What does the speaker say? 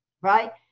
right